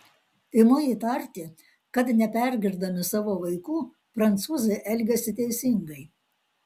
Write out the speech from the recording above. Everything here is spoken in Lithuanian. imu įtarti kad nepergirdami savo vaikų prancūzai elgiasi teisingai